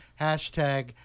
hashtag